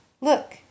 Look